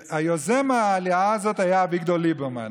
היוזם לעלייה הזאת היה אביגדור ליברמן.